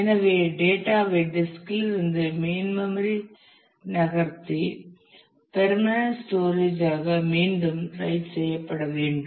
எனவே டேட்டா ஐ டிஸ்கில் இருந்து மெயின் மெம்மரி நகர்த்தி பெர்மனன்ட் ஸ்டோரேஜ் ஆக மீண்டும் ரைட் செய்யப்பட வேண்டும்